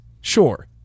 sure